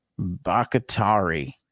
Bakatari